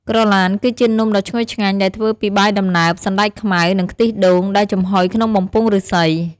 ក្រឡានគឺជានំដ៏ឈ្ងុយឆ្ងាញ់ដែលធ្វើពីបាយដំណើប សណ្តែកខ្មៅ និងខ្ទិះដូង ដែលចំហុយក្នុងបំពង់ឫស្សី។